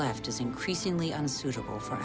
left is increasingly unsuitable for